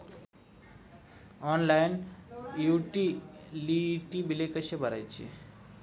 Online utility बिले कसे भरायचे?